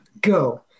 Go